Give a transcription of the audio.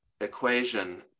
equation